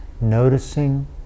noticing